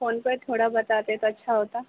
phone پر تھوڑا بتا دے تو اچھا ہوتا